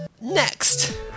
Next